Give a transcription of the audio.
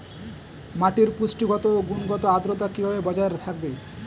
মাটির পুষ্টিগত গুণ ও আদ্রতা কিভাবে বজায় থাকবে?